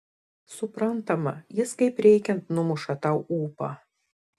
suprantama jis kaip reikiant numuša tau ūpą